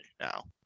now